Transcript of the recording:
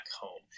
home